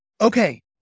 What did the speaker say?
okay